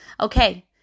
okay